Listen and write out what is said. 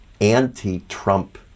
anti-Trump